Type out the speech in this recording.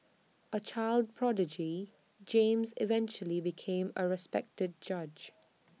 A child prodigy James eventually became A respected judge